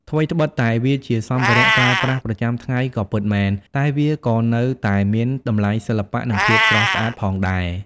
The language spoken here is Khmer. ថ្វីត្បិតតែវាជាសម្ភារៈប្រើប្រាស់ប្រចាំថ្ងៃក៏ពិតមែន តែវាក៏នៅតែមានតម្លៃសិល្បៈនិងភាពស្រស់ស្អាតផងដែរ។